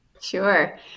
Sure